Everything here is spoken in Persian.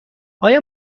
آیا